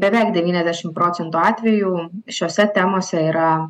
beveik devyniasdešim procentų atvejų šiose temose yra